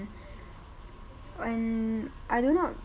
and I do not